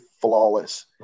flawless